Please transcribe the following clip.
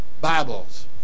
Bibles